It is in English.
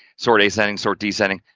sort ascending, sort descending.